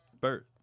birth